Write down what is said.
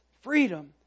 freedom